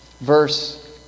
verse